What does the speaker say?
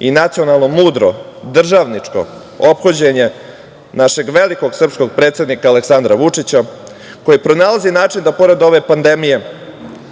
i nacionalno mudro, državničko ophođenje našeg velikog srpskog predsednika Aleksandra Vučića koji pronalazi način da pored ove pandemije,